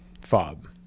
fob